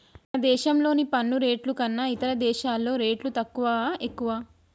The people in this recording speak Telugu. మన దేశంలోని పన్ను రేట్లు కన్నా ఇతర దేశాల్లో రేట్లు తక్కువా, ఎక్కువా